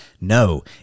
No